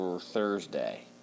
Thursday